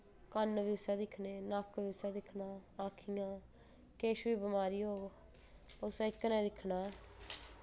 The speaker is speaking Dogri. कन्न बी उस्सै दिक्खने नक्क बी उस्सै दिक्खना अक्खियां किश बी बमारी होऐ उस्सै इक नै दिक्खना